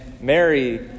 Mary